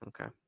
Okay